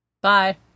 Bye